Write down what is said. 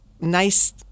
nice